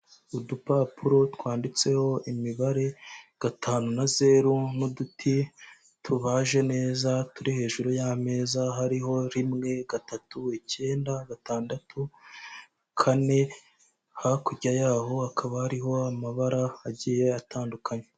Udupapuro twanditseho imibare gatanu na zeru n'uduti tubaje neza turi hejuru y'ameza hariho rimwe, gatatu, icyenda, gatandatu, kane hakurya yaho hakaba hariho amabara agiye atandukanye.